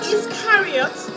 Iscariot